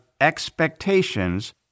expectations